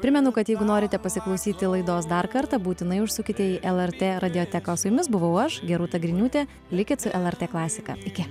primenu kad jeigu norite pasiklausyti laidos dar kartą būtinai užsukite į lrt radioteką o su jumis buvau aš gerūta griniūtė likit su lrt klasika iki